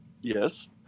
yes